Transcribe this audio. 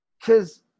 Cause